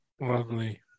lovely